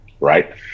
right